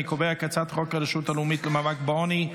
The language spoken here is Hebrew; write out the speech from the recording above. אני קובע כי הצעת חוק הרשות הלאומית למאבק בעוני,